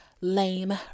lame